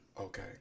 okay